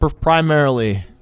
primarily